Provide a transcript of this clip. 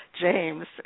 James